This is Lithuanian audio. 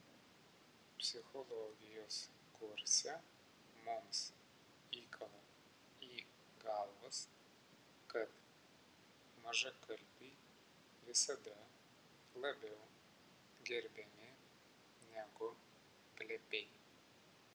psichologijos kurse mums įkala į galvas kad mažakalbiai visada labiau gerbiami negu plepiai